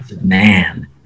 man